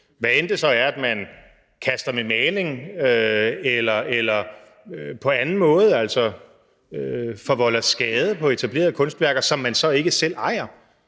hvad end det så er, at man kaster med maling eller på anden måde forvolder skade på etablerede kunstværker, som man så ikke selv ejer.